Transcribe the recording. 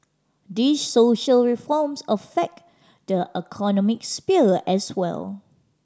these social reforms affect the economic sphere as well